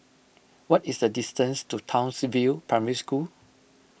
what is the distance to Townsville Primary School